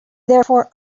therefore